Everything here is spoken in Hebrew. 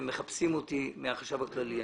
הם מחפשים אותי מהחשב הכללי.